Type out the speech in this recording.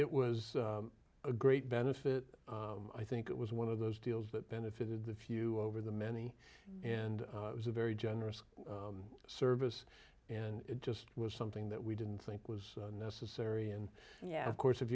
it was a great benefit i think it was one of those deals that benefited the few over the many and it was a very generous service and it just was something that we didn't think was necessary and yeah of course if